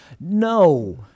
no